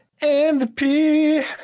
MVP